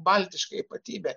baltiška ypatybė